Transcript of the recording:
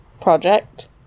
project